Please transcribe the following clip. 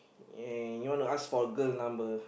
and you wanna ask for a girl number